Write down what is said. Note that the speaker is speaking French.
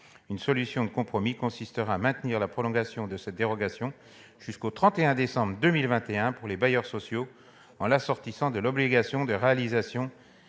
Une solution de compromis consisterait à maintenir la prolongation de cette dérogation jusqu'au 31 décembre 2021, pour les seuls bailleurs sociaux, en l'assortissant de l'obligation de réaliser